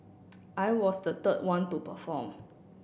I was the third one to perform